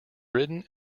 written